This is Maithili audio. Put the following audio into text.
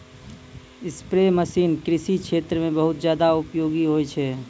स्प्रे मसीन कृषि क्षेत्र म बहुत जादा उपयोगी होय छै